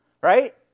Right